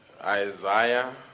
Isaiah